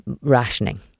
rationing